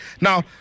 now